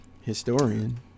Historian